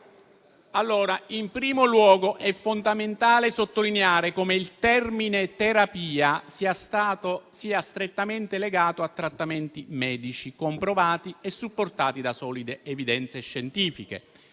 parlare. In primo luogo, è fondamentale sottolineare come il termine terapia sia strettamente legato a trattamenti medici, comprovati e supportati da solide evidenze scientifiche.